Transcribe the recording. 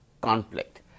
conflict